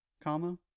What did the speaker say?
comma